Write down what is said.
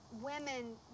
women